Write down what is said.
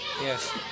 Yes